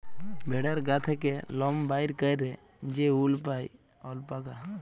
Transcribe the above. ভেড়ার গা থ্যাকে লম বাইর ক্যইরে যে উল পাই অল্পাকা